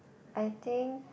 I think